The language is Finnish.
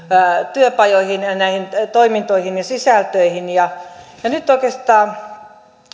työpajoihin ja näihin toimintoihin ja sisältöihin ja ja nyt oikeastaan